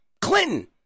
Clinton